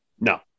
no